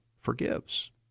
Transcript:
forgives